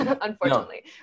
unfortunately